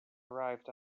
arrived